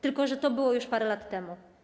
Tylko że to było już parę lat temu.